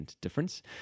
difference